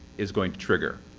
is going to trigger.